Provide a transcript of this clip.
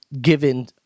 given